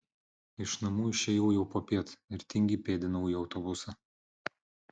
iš namų išėjau jau popiet ir tingiai pėdinau į autobusą